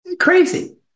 Crazy